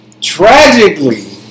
Tragically